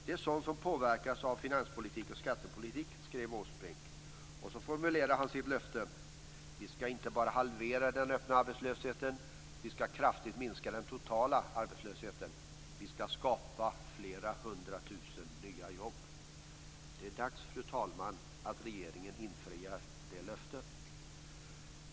Det är sådant som påverkas av finanspolitiken och skattepolitiken, skrev Åsbrink då, och så formulerade han sitt löfte: "Vi skall inte bara halvera den öppna arbetslösheten. Vi skall kraftigt minska den totala arbetslösheten. Vi skall skapa flera hundratusen nya jobb." Det är dags, fru talman, att regeringen infriar det löftet.